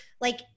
like-